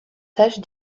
tâche